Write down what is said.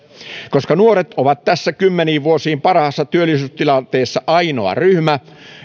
koska nuoret ovat tässä kymmeniin vuosiin parhaassa työllisyystilanteessa ainoa ryhmä